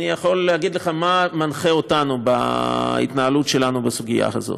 אני יכול להגיד לך מה מנחה אותנו בהתנהלות שלנו בסוגיה הזאת.